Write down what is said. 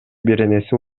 беренеси